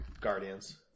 Guardians